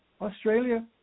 Australia